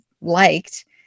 liked